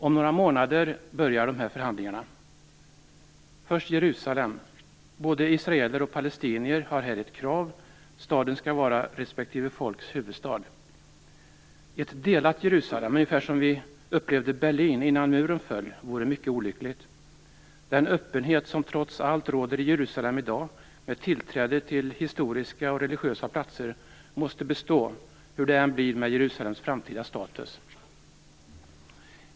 Om några månader börjar dessa förhandlingar. När det gäller Jerusalem har både israeler och palestinier ett krav. Staden skall vara respektive folks huvudstad. Ett delat Jerusalem, ungefär som vi upplevde Berlin innan muren föll, vore mycket olyckligt. Den öppenhet som trots allt råder i Jerusalem i dag med tillträde till historiska och religiösa platser måste bestå hur det än blir med Jerusalems framtida status.